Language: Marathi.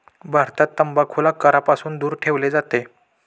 भारतात तंबाखूला करापासून दूर ठेवले जाते